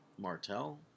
Martell